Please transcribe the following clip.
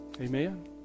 Amen